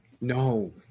No